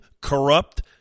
corrupt